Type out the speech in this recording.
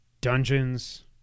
dungeons